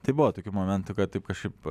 tai buvo tokiu momentų kad taip kažkaip